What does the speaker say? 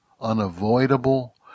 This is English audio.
unavoidable